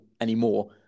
anymore